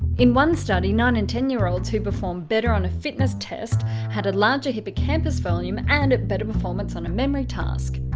in one study, nine and ten year olds who performed better on a fitness test had had larger hippocampal volumes and a better performance on a memory task.